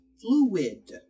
fluid